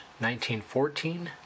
1914